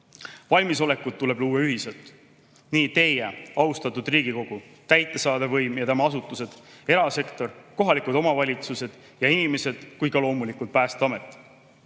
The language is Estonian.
Valmisolekut tuleb luua ühiselt – nii teie, austatud Riigikogu, täidesaatev võim ja tema asutused, erasektor, kohalikud omavalitsused ja inimesed kui ka loomulikult